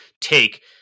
take